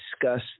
Discuss